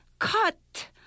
Cut